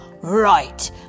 Right